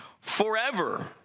forever